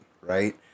right